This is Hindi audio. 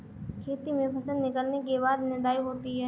खेती में फसल निकलने के बाद निदाई होती हैं?